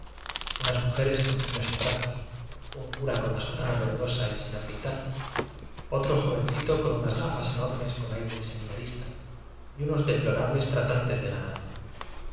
unas mujeres con niños en brazos un cura con la sotana verdosa y sin afeitar otro joveneito con unas gafas enormes con aire de seminarista y unos deplorables tratantes en ganado